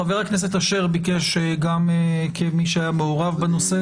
חבר הכנסת אשר ביקש גם כמי שהיה מעורב בנושא.